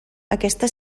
aquesta